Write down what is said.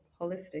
holistic